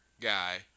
guy